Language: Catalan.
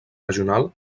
regional